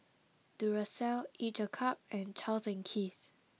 Duracell Each a cup and Charles and Keith